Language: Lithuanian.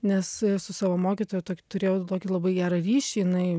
nes su savo mokytoja tokį turėjau tokį labai gerą ryšį jinai